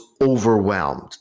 overwhelmed